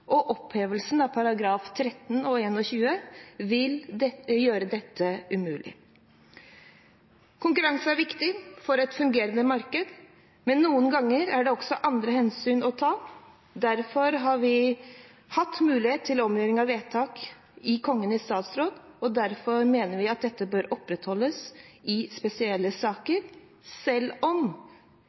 av §§ 13 og 21 vil gjøre dette umulig. Konkurranse er viktig for et fungerende marked, men noen ganger er det også andre hensyn å ta. Derfor har vi hatt mulighet til omgjøring av vedtak i Kongen i statsråd, og derfor mener vi at dette bør opprettholdes i spesielle saker, selv om